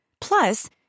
Plus